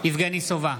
יבגני סובה,